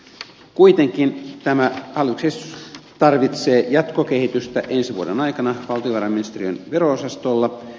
kuitenkin tämä hallituksen esitys tarvitsee jatkokehitystä ensi vuoden aikana valtiovarainministeriön vero osastolla